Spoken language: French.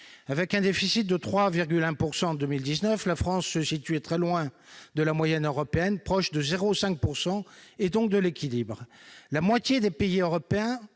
Avec un déficit de 3,1 % en 2019, la France se situe très loin de la moyenne européenne, proche des 0,5 % et donc de l'équilibre. La moitié des pays européens